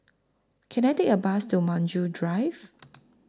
Can I Take A Bus to Maju Drive